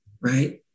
right